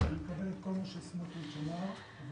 מקבל את כל מה שסמוטריץ' אמר.